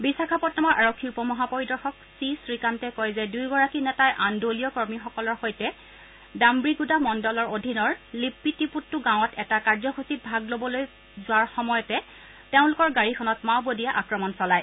বিশাখাপট্টনমৰ আৰক্ষী উপ মহাপৰিদৰ্শক চি শ্ৰীকান্তে কয় যে দুয়োগৰাকী নেতাই আন দলীয় কৰ্মীসকলৰ সৈতে দান্বিণ্ডদা মণ্ডলৰ অধীনৰ লিপ্পিটিপুটু গাঁৱত এটা কাৰ্যসূচীত ভাগ লবলৈ যোৱাৰ সময়তে তেওঁলোকৰ গাড়ীখনত মাওবাদীয়ে আক্ৰমণ চলায়